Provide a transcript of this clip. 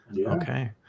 Okay